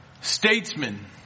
statesman